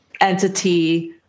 entity